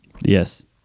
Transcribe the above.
Yes